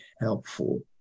helpful